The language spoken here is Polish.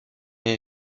nie